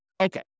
Okay